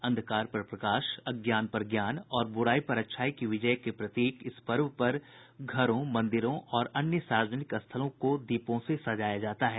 अंधकार पर प्रकाश अज्ञान पर ज्ञान और बुराई पर अच्छाई की विजय के प्रतीक इस पर्व पर घरों मंदिरों और अन्य सार्वजनिक स्थलों को दीपों से सजाया जाता है